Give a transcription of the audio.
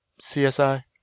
CSI